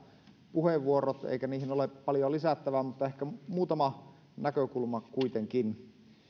puheenvuorot eikä niihin ole paljon lisättävää mutta ehkä muutama näkökulma kuitenkin